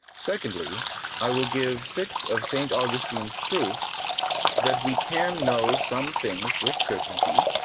secondly i will give six of st. augustine's proofs that we can know some things with certainty,